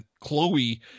Chloe